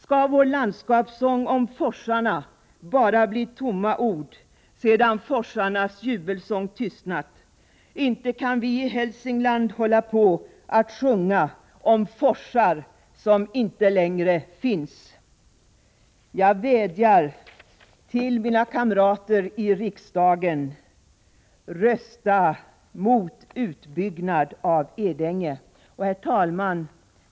Skall vår landskapssång om forsarna bara bli tomma ord, sedan forsarnas jubelsång tystnat? Inte kan vi i Hälsingland sjunga om forsar som inte längre finns! Jag vädjar till mina kamrater i riksdagen: Rösta mot en utbyggnad av Edänge! Herr talman!